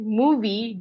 movie